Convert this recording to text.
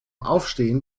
aufstehen